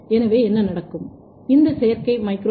எனவே என்ன நடக்கும் இந்த செயற்கை மைக்ரோ ஆர்